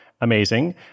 amazing